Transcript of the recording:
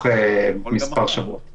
לציבור, לחברות, ליזמים.